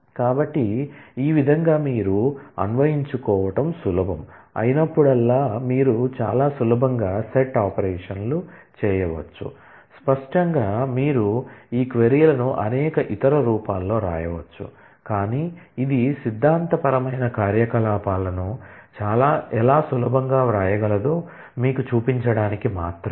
కాబట్టి ఈ విధంగా మీరు అన్వయించుకోటం సులభం అయినప్పుడల్లా మీరు చాలా సులభంగా సెట్ ఆపరేషన్లు చేయవచ్చు స్పష్టంగా మీరు ఈ క్వరీ లను అనేక ఇతర రూపాల్లో వ్రాయవచ్చు కానీ ఇది సిద్ధాంతపరమైన కార్యకలాపాలను ఎలా సులభంగా వ్రాయగలదో మీకు చూపించడానికి మాత్రమే